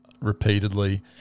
repeatedly